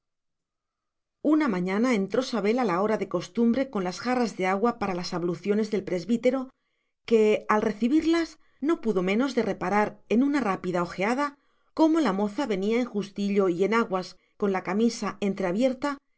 una mañana entró sabel a la hora de costumbre con las jarras de agua para las abluciones del presbítero que al recibirlas no pudo menos de reparar en una rápida ojeada cómo la moza venía en justillo y enaguas con la camisa